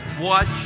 watch